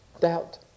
Doubt